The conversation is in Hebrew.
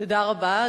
תודה רבה.